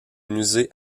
musée